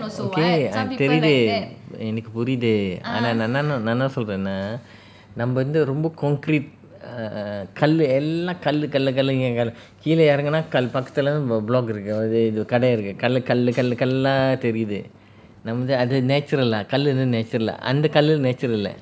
okay I தெரியுது எனக்கு புரியுது ஆனா நான் என்ன நான் என்ன நான் என்னசொல்றேன்னா நம்ம வந்து ரொம்ப:theriuthu enaku puriuthu naan enna naan enna naan enna solrenaa namma vanthu romba concrete err கல்லு எல்லாம் கல்லு கல்லு கல்லுகல்லுகீழ இறங்குனா பக்கத்துல பிளாக் இருக்கு இது கடை இருக்குது கல்லு கல்லு கல்லா தெரியுது நம்ம வந்து:kallu ellam kallu kallu kallu kallu keezha eranguna pakkathula block iruku idhu kadai irukuthu kallu kallu kalla theriuthu namma vanthu natural ஆ கல்லு:aa kallu natural ஆ அந்த கல்லு:aa antha kallu natural ஆ:aa